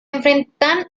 enfrentan